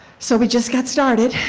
so we just got started.